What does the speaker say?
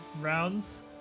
rounds